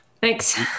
Thanks